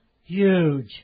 huge